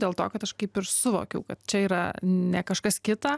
dėl to kad aš kaip ir suvokiau kad čia yra ne kažkas kita